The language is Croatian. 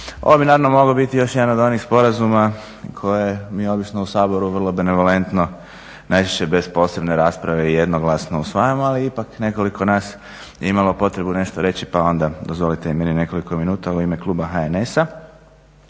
Ovo bi naravno mogao biti još jedan od onih sporazuma koje mi obično u Saboru vrlo benevolentno najčešće bez posebne rasprave i jednoglasno usvajamo. Ali ipak nekoliko nas je imalo potrebu nešto reći, pa onda dozvolite i meni nekoliko minuta u ime kluba HNS-a.